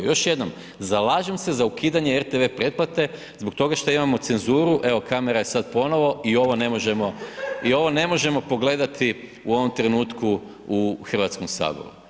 Još jednom, zalažem se za ukidanje RTV pretplate zbog toga što imamo cenzuru, evo kamera je sad ponovo i ovo ne možemo pogledati u ovom trenutku u Hrvatskom saboru.